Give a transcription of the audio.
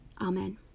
Amen